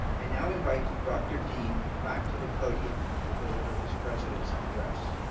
i now invite dr. deane back to the podium to deliver his president's address.